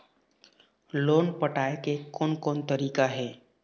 Loan पटाए के कोन कोन तरीका हे?